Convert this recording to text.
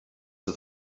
the